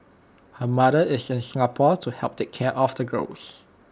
her mother is in Singapore to help take care of the girls